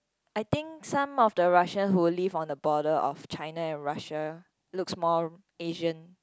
I think some of the Russian who live on the border of China and Russia looks more Asian